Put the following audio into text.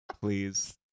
Please